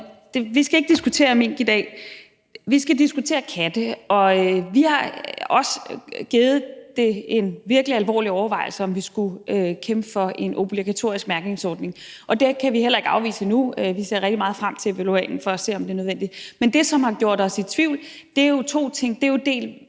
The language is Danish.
vi skal ikke diskutere mink i dag. Vi skal diskutere katte. Vi har også givet det en virkelig alvorlig overvejelse, om vi skulle kæmpe for en obligatorisk mærkningsordning, og det kan vi heller ikke afvise endnu. Vi ser rigtig meget frem til evalueringen for at se, om det er nødvendigt, men det, som har gjort os i tvivl, er to ting: